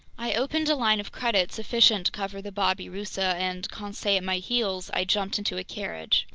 i opened a line of credit sufficient to cover the babirusa and, conseil at my heels, i jumped into a carriage.